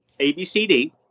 ABCD